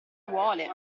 vuole